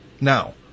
Now